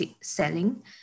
selling